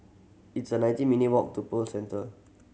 it's a nineteen minute walk to Pearl Centre